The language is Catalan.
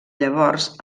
llavors